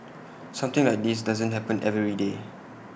something like this doesn't happen every day